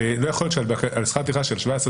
לא יכול להיות שעל שכר טרחה של 17,000